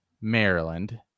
Maryland